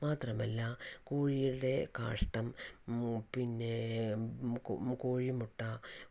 മാത്രമല്ല കോഴികളുടെ കാഷ്ടം പിന്നെ കോഴി മുട്ട